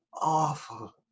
awful